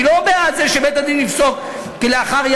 אני לא בעד זה שבית-הדין יפסוק כלאחר-יד,